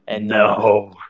No